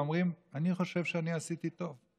והם אומרים: אני חושב שאני עשיתי טוב.